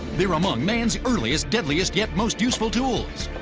they're among man's earliest, deadliest, yet most useful tools.